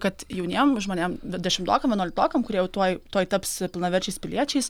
kad jauniem žmonėm dešimtokam vienuoliktokam kurie jau tuoj tuoj taps pilnaverčiais piliečiais